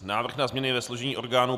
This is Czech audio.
Návrh na změny ve složení orgánů